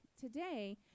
Today